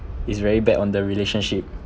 is very bad on the relationship